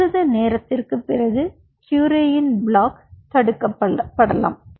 சிறிது நேரத்திற்குப் பிறகு க்யூரேயின் பிளாக் தடுக்கப்படலாம்